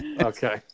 Okay